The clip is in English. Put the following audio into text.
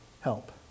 help